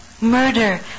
murder